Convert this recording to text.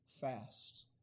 fast